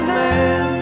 man